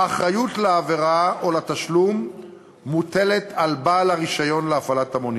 האחריות לעבירה או לתשלום מוטלת על בעל הרישיון להפעלת המונית,